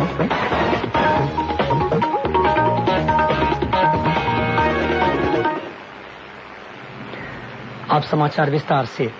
माओवादी मुठभेड़